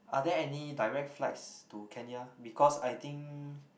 are there any direct flights to Kenya because I think